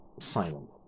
silent